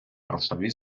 грошові